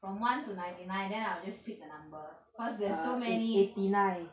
from one to ninety nine then I will just pick the number cause there's so many